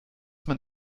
man